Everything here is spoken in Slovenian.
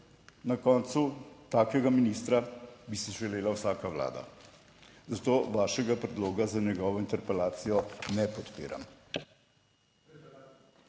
Na koncu, takega ministra bi si želela vsaka vlada, zato vašega predloga za njegovo interpelacijo ne podpiram.